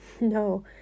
No